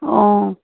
অ'